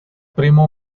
primo